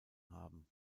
haben